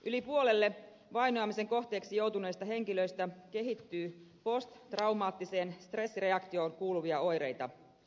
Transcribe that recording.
yli puolelle vainoamisen kohteeksi joutuneista henkilöistä kehittyy posttraumaattiseen stressireaktioon kuuluvia oireita